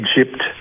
Egypt